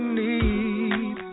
need